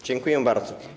Dziękuję bardzo.